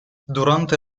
durante